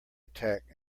attack